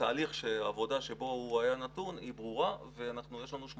לתהליך העבודה שבו הוא היה נתון היא ברורה ויש לנו,